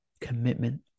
commitment